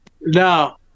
No